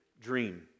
dream